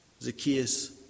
Zacchaeus